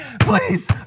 Please